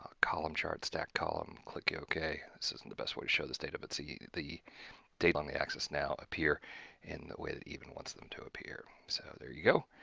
ah column charts, stacked column click ok. this isn't the best way to show the state of it see the table on the axis now appear in the way that evan wants them to appear. so there you go,